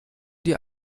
die